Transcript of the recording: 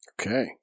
Okay